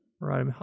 right